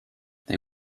they